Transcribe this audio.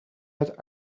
het